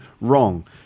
Wrong